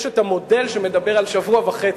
יש המודל שמדבר על שבוע וחצי,